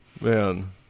Man